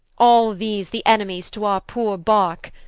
all these, the enemies to our poore barke.